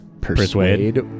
persuade